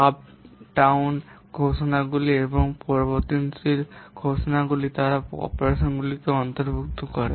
subroutine ঘোষণাগুলি এবং পরিবর্তনশীল ঘোষণাগুলি তারা অপারেশনগুলিকে অন্তর্ভুক্ত করে